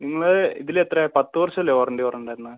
നിങ്ങൾ ഇതിൽ എത്രയാ പത്ത് വർഷം അല്ലേ വാറണ്ടി പറഞ്ഞിട്ടുണ്ടായിരുന്നത്